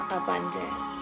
abundant